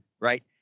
right